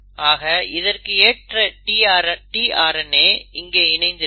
ஆக இதற்கு ஏற்ற tRNA இங்கே இணைந்து இருக்கும்